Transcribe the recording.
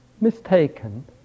mistaken